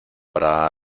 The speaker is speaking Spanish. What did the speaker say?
para